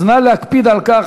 אז נא להקפיד על כך.